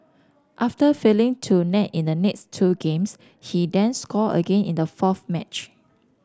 after failing to net in the next two games he then scored again in the fourth match